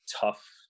tough